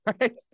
right